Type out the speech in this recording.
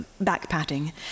back-patting